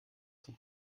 zum